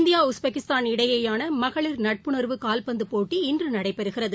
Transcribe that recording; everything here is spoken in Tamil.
இந்தியா உஸ்பெகிஸ்தான் இடையேயானமகளிர் நட்புணர்வு கால்பந்தபோட்டி இன்றுநடைபெறுகிறது